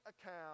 account